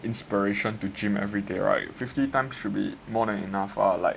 inspiration to gym everyday right fifty times should be more than enough or like